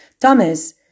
Thomas